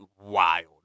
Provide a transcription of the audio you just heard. wild